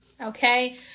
Okay